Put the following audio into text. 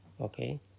Okay